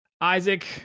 Isaac